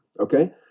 okay